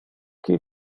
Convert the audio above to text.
qui